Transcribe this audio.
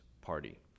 party